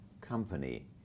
company